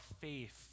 faith